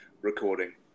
recording